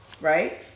right